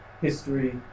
history